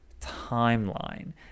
timeline